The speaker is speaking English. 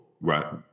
Right